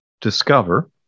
discover